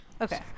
okay